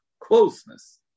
closeness